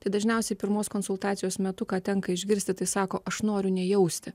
tai dažniausiai pirmos konsultacijos metu ką tenka išgirsti tai sako aš noriu nejausti